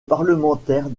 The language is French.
parlementaire